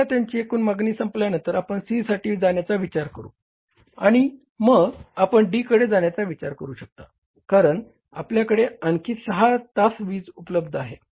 एकदा त्यांची एकूण मागणी संपल्यानंतर आपण C साठी जाण्याचा विचार करू शकता आणि मग आपण D कडे जाण्याचा विचार करू शकता कारण आपल्याकडे आणखी 6 तास वीज उपलब्ध आहे